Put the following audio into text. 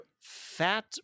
fat